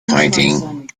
painting